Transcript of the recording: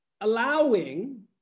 allowing